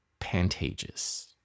Pantages